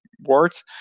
words